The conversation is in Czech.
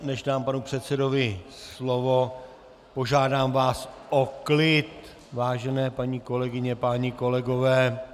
Než dám panu předsedovi slovo, požádám vás o klid!, vážené paní kolegyně, páni kolegové.